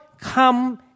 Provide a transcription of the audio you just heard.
come